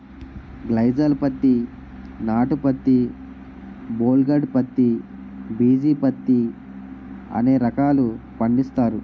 గ్లైసాల్ పత్తి నాటు పత్తి బోల్ గార్డు పత్తి బిజీ పత్తి అనే రకాలు పండిస్తారు